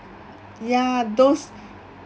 ya those